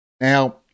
Now